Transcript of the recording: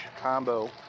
combo